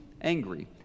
angry